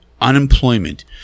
unemployment